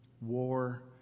war